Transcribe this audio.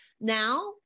now